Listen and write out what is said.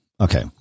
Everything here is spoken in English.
Okay